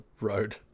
road